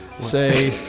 say